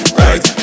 right